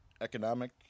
Economic